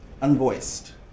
unvoiced